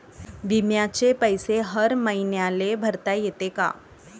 बिम्याचे पैसे हर मईन्याले भरता येते का?